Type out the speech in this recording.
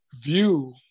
view